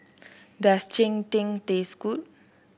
does Cheng Tng taste good